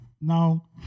now